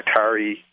Atari